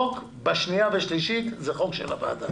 בקריאה שנייה ושלישית החוק הוא חוק של הוועדה.